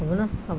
হ'বনা হ'ব